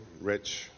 rich